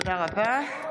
(קוראת בשמות חברי הכנסת)